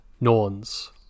Norns